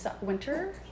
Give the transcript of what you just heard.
winter